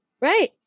right